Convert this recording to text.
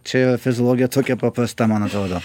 čia fizologė tokia paprasta man atrodo